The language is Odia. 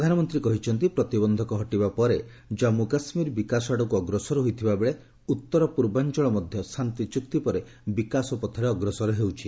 ପ୍ରଧାନମନ୍ତ୍ରୀ କହିଛନ୍ତି ପ୍ରତିବନ୍ଧକ ହଟିବା ପରେ ଜାନ୍ଧ୍ର କାଶ୍ରୀର ବିକାଶ ଆଡକୁ ଅଗ୍ରସର ହୋଇଥିବା ବେଳେ ଉତ୍ତର ପୂର୍ବ ଅଞ୍ଚଳ ମଧ୍ୟ ଶାନ୍ତି ଚୁକ୍ତି ପରେ ବିକାଶ ପଥରେ ଅଗ୍ରସର ହେଉଛି